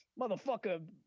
Motherfucker